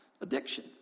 addiction